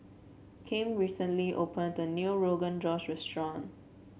Kem recently opened a new Rogan Josh restaurant